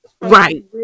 Right